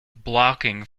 blocking